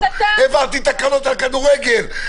העברתי תקנות על כדורגל,